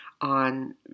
on